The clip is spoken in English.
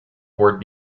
ford